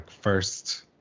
first